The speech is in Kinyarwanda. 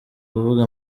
kuvuga